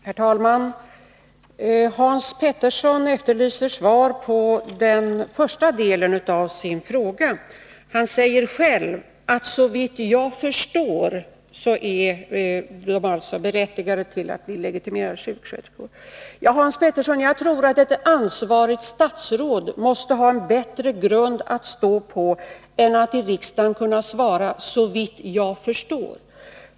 Herr talman! Hans Petersson i Hallstahammar efterlyste svar på den första delen av sin fråga. Han sade själv att ”såvitt jag förstår” är de som har genomgått denna utbildning berättigade att bli legitimerade sjuksköterskor. Ja, Hans Petersson, jag tror att ett ansvarigt statsråd måste ha en bättre grund att stå på än att i riksdagen kunna svara ”såvitt jag förstår”.